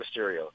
Mysterio